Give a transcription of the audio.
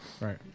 Right